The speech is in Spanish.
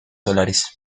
solares